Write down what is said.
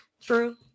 True